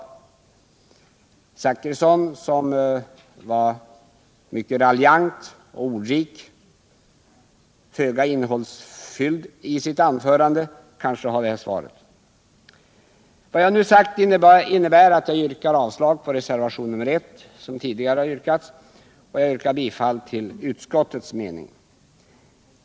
Bertil Zachrisson, som var mycket raljant och ordrik trots att hans anförande var föga innehållsrikt, kanske kan svara på det. Vad jag nu sagt innebär att jag yrkar avslag på reservationen 1 och bifall till utskottets hemställan.